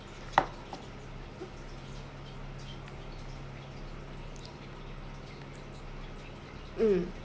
mm